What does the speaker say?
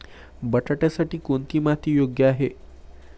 बटाट्यासाठी कोणती माती योग्य आहे?